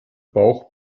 bauch